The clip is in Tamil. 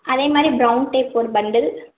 அதேமாதிரி ப்ரௌன் டேப் ஒரு பண்டில்